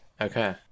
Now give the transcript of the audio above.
Okay